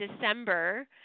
December